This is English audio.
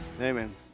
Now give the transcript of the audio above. Amen